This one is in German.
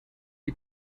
die